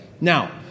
Now